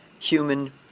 human